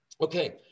Okay